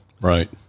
Right